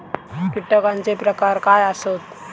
कीटकांचे प्रकार काय आसत?